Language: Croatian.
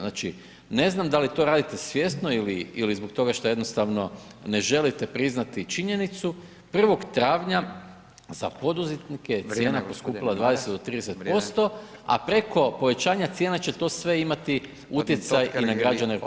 Znači ne znam da li to radite svjesno ili zbog toga šta jednostavno ne želite priznati činjenicu, 1. travnja za poduzetnike je cijena poskupila 20 do 30% a preko povećanja cijena će to sve imati utjecaj i na građane RH.